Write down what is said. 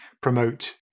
promote